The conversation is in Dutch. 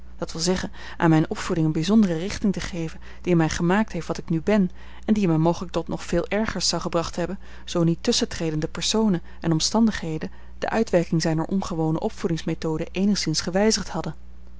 dat wil zeggen aan mijne opvoeding een bijzondere richting te geven die mij gemaakt heeft wat ik nu ben en die mij mogelijk tot nog veel ergers zou gebracht hebben zoo niet tusschentredende personen en omstandigheden de uitwerking zijner ongewone opvoedingsmethode eenigszins gewijzigd hadden